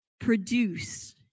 produce